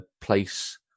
place